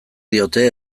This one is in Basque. diote